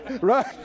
Right